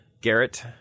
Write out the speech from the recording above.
garrett